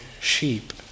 sheep